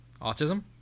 autism